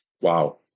Wow